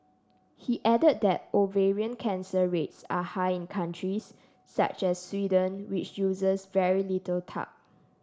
he added that ovarian cancer rates are high in countries such as Sweden which uses very little talc